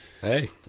Hey